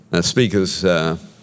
speaker's